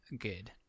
good